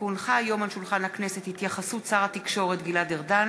כי הונחה היום על שולחן הכנסת הודעת שר התקשורת גלעד ארדן